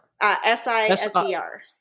S-I-S-E-R